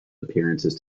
appearances